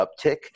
uptick